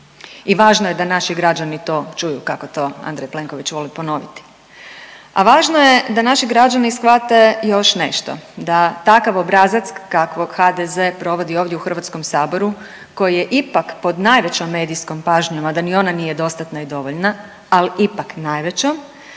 I važno je da naši građani to čuju kako to Andrej Plenković voli ponoviti, a važno je da naši građani shvate još nešto, da takav obrazac kakvog HDZ provodi ovdje u Hrvatskom saboru koji je ipak pod najvećom medijskom pažnjom a da ni ona nije dostatna i dovoljna, ali ipak najvećom,